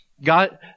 God